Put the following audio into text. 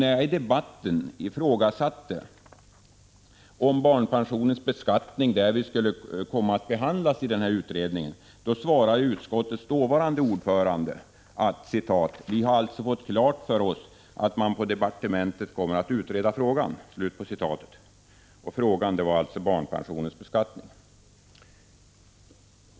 När jag i debatten ifrågasatte om barnpensionens beskattning skulle komma att behandlas i denna utredning svarade utskottets dåvarande ordförande att ”vi har alltså fått klart för oss att man på departementet kommer att utreda frågan”, dvs. frågan om barnpensionens beskattning.